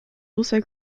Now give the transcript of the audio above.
also